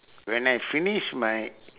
when I finish my